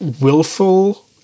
willful